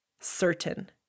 certain